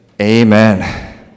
amen